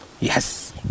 Yes